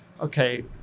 Okay